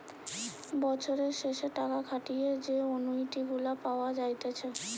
বছরের শেষে টাকা খাটিয়ে যে অনুইটি গুলা পাওয়া যাইতেছে